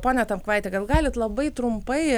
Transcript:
pone tamkvaiti gal galit labai trumpai